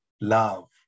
love